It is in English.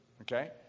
okay